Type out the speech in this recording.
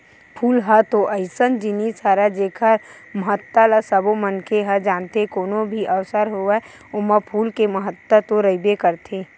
फूल ह तो अइसन जिनिस हरय जेखर महत्ता ल सबो मनखे ह जानथे, कोनो भी अवसर होवय ओमा फूल के महत्ता तो रहिबे करथे